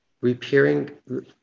repairing